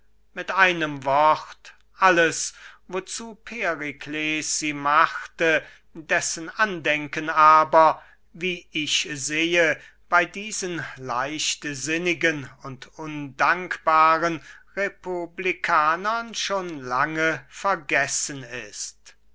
mit einem wort alles wozu perikles sie machte dessen andenken aber wie ich sehe bey diesen leichtsinnigen und undankbaren republikanern schon lange vergessen ist